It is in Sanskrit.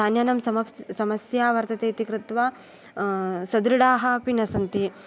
धान्यानां समस् समस्या वर्तते इति कृत्वा सदृढाः अपि न सन्ति